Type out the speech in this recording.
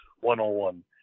one-on-one